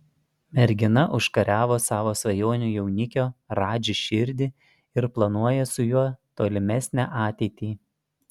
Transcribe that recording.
mergina užkariavo savo svajonių jaunikio radži širdį ir planuoja su juo tolimesnę ateitį